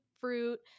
fruit